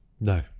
No